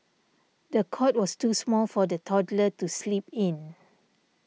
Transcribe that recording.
the cot was too small for the toddler to sleep in